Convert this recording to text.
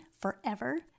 forever